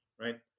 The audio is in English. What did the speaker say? right